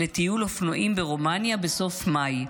לטיול אופנועים ברומניה בסוף מאי.